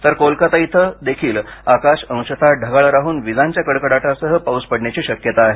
तर कोलकाता इथं देखील आकाश अंशतः ढगाळ राहून विजांच्या कडकडटासह पाऊस पडण्याची शक्यता आहे